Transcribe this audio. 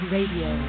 Radio